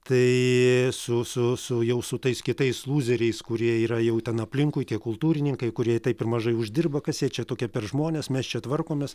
tai su su su jau su tais kitais lūzeriais kurie yra jau ten aplinkui tie kultūrininkai kurie taip ir mažai uždirba kas jie čia tokie per žmonės mes čia tvarkomės